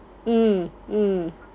mm mm